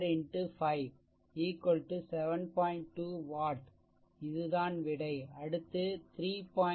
2 watt இது தான் விடை அடுத்து 3